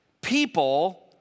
people